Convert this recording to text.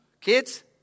Kids